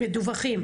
מדווחים.